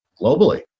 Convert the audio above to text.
globally